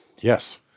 Yes